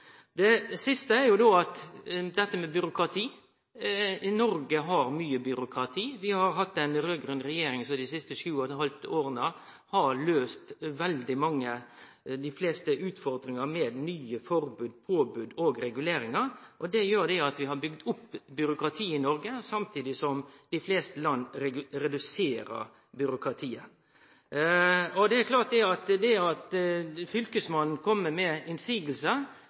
byråkrati. Noreg har mykje byråkrati. Vi har hatt ei raud-grønn regjering som dei siste sju åra har løyst veldig mange – dei fleste – utfordringar med nye forbod, påbod og reguleringar. Det gjer at vi har bygd opp eit byråkrati i Noreg, samtidig som dei fleste land reduserer byråkratiet. Det at Fylkesmannen kjem med motsegner til ein kommune, fører med